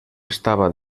estaba